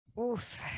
Oof